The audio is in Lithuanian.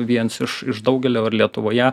viens iš iš daugelio ir lietuvoje